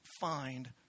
find